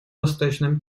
восточном